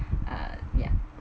uh ya